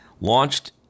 launched